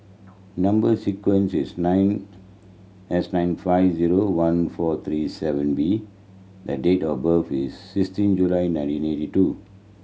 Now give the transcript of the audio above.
number sequence is nine S nine five zero one four three seven B the date of birth is sixteen July nineteen eighty two